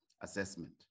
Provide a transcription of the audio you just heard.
assessment